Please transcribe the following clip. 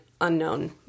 unknown